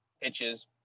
pitches